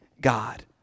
God